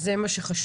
וזה מה שחשוב.